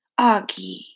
Augie